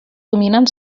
dominen